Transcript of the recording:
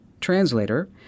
translator